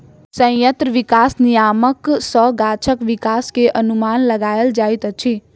संयंत्र विकास नियामक सॅ गाछक विकास के अनुमान लगायल जाइत अछि